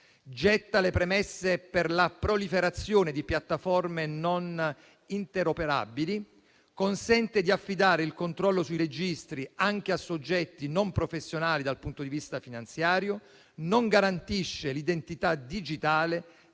getta le premesse per la proliferazione di piattaforme non interoperabili, consente di affidare il controllo sui registri anche a soggetti non professionali dal punto di vista finanziario, non garantisce l'identità digitale